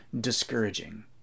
discouraging